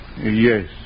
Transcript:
Yes